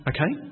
Okay